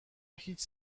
هیچ